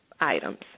items